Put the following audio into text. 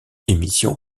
émission